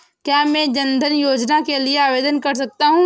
क्या मैं जन धन योजना के लिए आवेदन कर सकता हूँ?